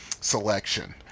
selection